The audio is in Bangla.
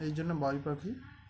এই জন্য বাবুই পাখি